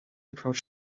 approached